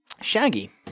Shaggy